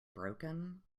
broken